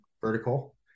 vertical